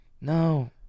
No